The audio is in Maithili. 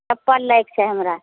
चप्पल लैक छै हमरा